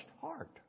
heart